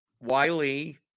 Wiley